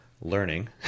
learning